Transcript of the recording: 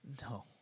No